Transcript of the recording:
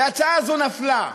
וההצעה הזאת נפלה.